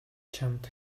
чамд